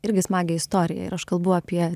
irgi smagią istoriją ir aš kalbu apie